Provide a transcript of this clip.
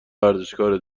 ورزشکاره